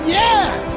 yes